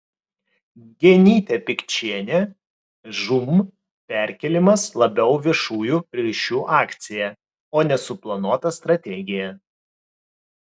genytė pikčienė žūm perkėlimas labiau viešųjų ryšių akcija o ne suplanuota strategija